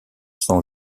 son